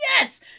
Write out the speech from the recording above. yes